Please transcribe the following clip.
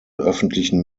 öffentlichen